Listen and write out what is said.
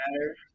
matter